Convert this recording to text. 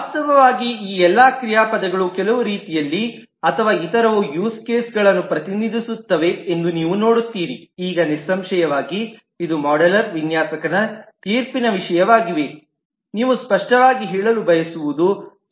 ವಾಸ್ತವವಾಗಿ ಈ ಎಲ್ಲಾ ಕ್ರಿಯಾಪದಗಳು ಕೆಲವು ರೀತಿಯಲ್ಲಿ ಅಥವಾ ಇತರವು ಯೂಸ್ ಕೇಸ್ಗಳನ್ನು ಪ್ರತಿನಿಧಿಸುತ್ತವೆ ಎಂದು ನೀವು ನೋಡುತ್ತೀರಿಈಗ ನಿಸ್ಸಂಶಯವಾಗಿ ಇದು ಮಾಡೆಲರ್ನ ವಿನ್ಯಾಸಕನ ತೀರ್ಪಿನ ವಿಷಯವಾಗಿದೆ ನೀವು ಸ್ಪಷ್ಟವಾಗಿ ಹೇಳಲು ಬಯಸುವುದು ಯೂಸ್ ಕೇಸ್ ಆಗಿದೆ